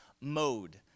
mode